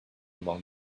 among